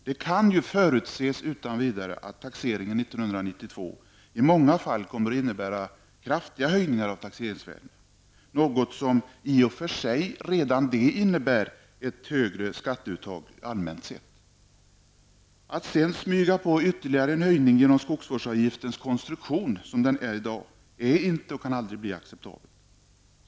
Det kan ju utan vidare förutses att taxeringen 1992 i många fall kommer att innebära kraftiga höjningar av taxeringsvärdena -- något som i och för sig redan det innebär ett högre skatteuttag allmänt sett. Att sedan smyga in en ytterligare höjning genom skogsvårdsavgiftens konstruktion är inte och kan aldrig bli acceptabelt.